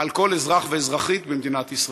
על כל אזרח ואזרחית במדינת ישראל?